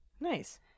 nice